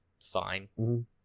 fine